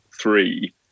three